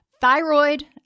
Thyroid